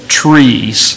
trees